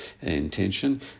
intention